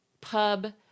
pub